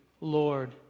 Lord